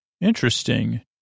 Interesting